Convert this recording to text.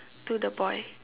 to the boy